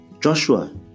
Joshua